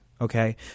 okay